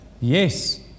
yes